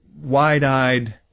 wide-eyed